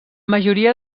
majoria